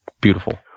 beautiful